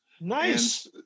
Nice